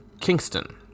Kingston